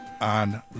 on